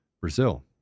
Brazil